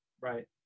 Right